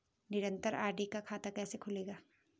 निरन्तर आर.डी का खाता कैसे खुलेगा?